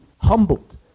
humbled